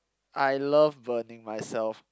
I love burning myself